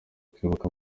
kwibuka